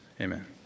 amen